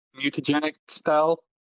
mutagenic-style